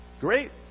Great